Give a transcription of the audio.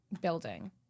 building